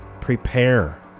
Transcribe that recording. Prepare